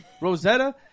Rosetta